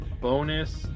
bonus